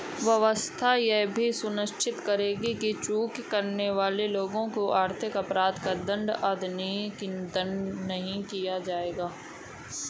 व्यवस्था यह भी सुनिश्चित करेगी कि चूक करने वाले लोगों को आर्थिक अपराध दंड के अधीन नहीं किया जाएगा